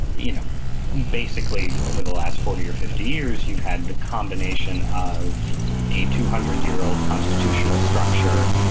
you know basically over the last forty or fifty years you've had the combination of a two hundred year old constitutional structure,